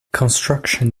construction